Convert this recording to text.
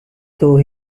though